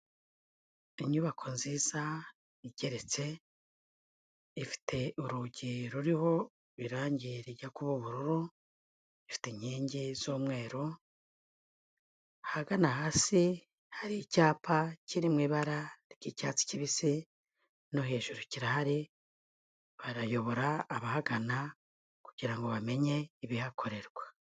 Inyubako nziza igeretse, ifite urugi ruriho irangi rijya kuba ubururu, ifite inkingi z'umweru, ahagana hasi hari icyapa kiri mu ibara ry'icyatsi kibisi no hejuru kirahari, barayobora abahagana kugira ngo bamenye ibihakorerwa.